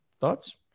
Thoughts